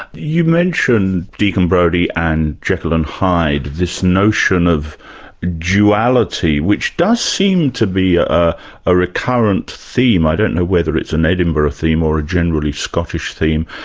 you mention deakin brodie and jekyll and hyde, this notion of duality, which does seem to be ah a recurrent theme. i don't know whether it's an edinburgh theme or a generally scottish theme.